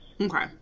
Okay